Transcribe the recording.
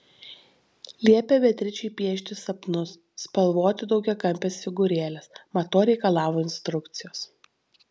liepė beatričei piešti sapnus spalvoti daugiakampes figūrėles mat to reikalavo instrukcijos